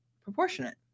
Proportionate